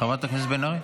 חברת הכנסת בן ארי?